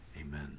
amen